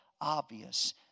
obvious